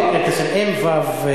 אין וי"ו.